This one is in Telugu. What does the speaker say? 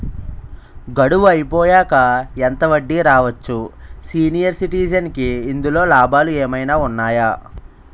గడువు అయిపోయాక ఎంత వడ్డీ రావచ్చు? సీనియర్ సిటిజెన్ కి ఇందులో లాభాలు ఏమైనా ఉన్నాయా?